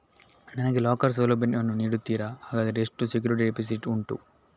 ನನಗೆ ಲಾಕರ್ ಸೌಲಭ್ಯ ವನ್ನು ನೀಡುತ್ತೀರಾ, ಹಾಗಾದರೆ ಎಷ್ಟು ಸೆಕ್ಯೂರಿಟಿ ಡೆಪೋಸಿಟ್ ಉಂಟು?